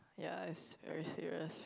ya is very serious